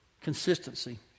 consistency